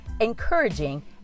encouraging